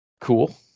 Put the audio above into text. Cool